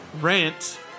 rant